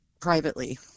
privately